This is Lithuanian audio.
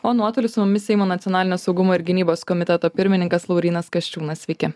o nuotoliu su mumis seimo nacionalinio saugumo ir gynybos komiteto pirmininkas laurynas kasčiūnas sveiki